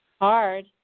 Hard